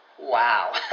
Wow